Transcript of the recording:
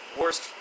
worst